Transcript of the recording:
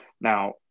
now